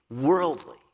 worldly